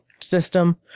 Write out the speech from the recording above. system